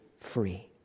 free